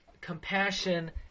compassion